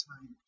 time